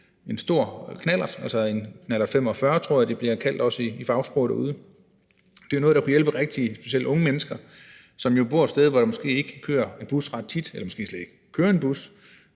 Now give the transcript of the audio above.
en stor knallert, altså en knallert 45, tror jeg de bliver kaldt derude og også i fagsprog. Det var noget, der kunne hjælpe specielt unge mennesker, som bor et sted, hvor der måske ikke kører en bus ret tit, eller hvor der måske slet ikke kører en bus,